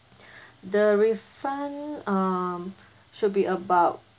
the refund um should be about